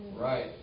Right